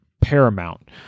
paramount